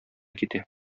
китә